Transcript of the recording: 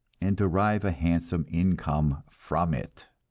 and derive a handsome income from it.